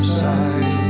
side